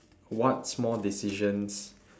what small decisions